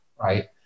right